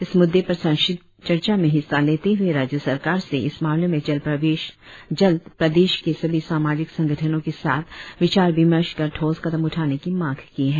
इस म्द्दे पर संक्षिप्त चर्चा में हिस्सा लेते हुए राज्य सरकार से इस मामले में जल्द प्रदेश के सभी सामाजिक संगठनों के साथ विचार विमर्श कर ठोस कदम उठाने की मांग की है